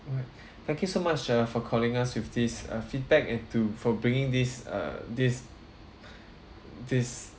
alright thank you so much uh for calling us with this uh feedback into for bringing this uh this this